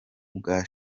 bwa